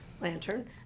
Lantern